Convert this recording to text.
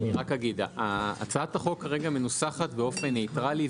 הצעת החוק כרגע מנוסחת באופן ניטרלי,